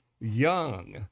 young